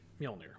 Mjolnir